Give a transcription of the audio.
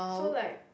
so like